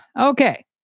Okay